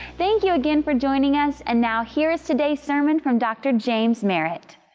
thank you again for joining us and now here's today's sermon from dr. james merritt.